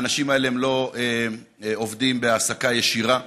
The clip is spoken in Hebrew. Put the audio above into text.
האנשים האלה לא עובדים בהעסקה ישירה,